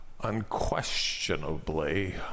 unquestionably